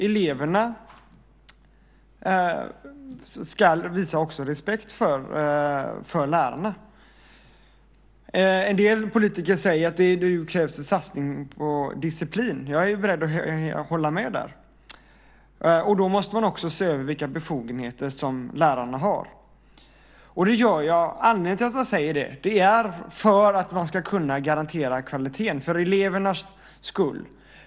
Eleverna ska också visa respekt för lärarna. En del politiker säger att det nu krävs satsning på disciplin. Jag är beredd att hålla med. Då måste man också se över vilka befogenheter som lärarna har. Anledningen till att jag säger det är för att man ska kunna garantera kvaliteten för elevernas skull.